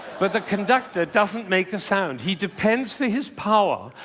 but the conductor doesn't make a sound. he depends, for his power,